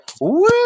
woo